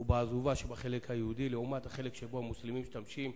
ובעזובה שבחלק היהודי לעומת החלק שבו המוסלמים משתמשים,